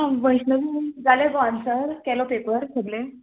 आं वैश्णवी जाले गो आन्सर केलो पेपर सगले